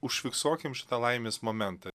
užfiksuokim šitą laimės momentą